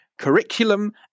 curriculum